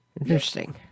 Interesting